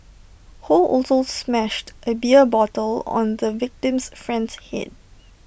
ho also smashed A beer bottle on the victim's friend's Head